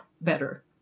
better